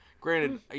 Granted